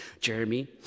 Jeremy